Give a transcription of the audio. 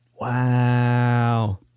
wow